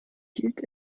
gilt